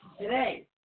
Today